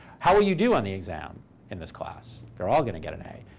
how will you do on the exam in this class? they're all going to get an a.